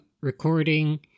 recording